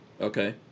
Okay